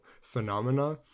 phenomena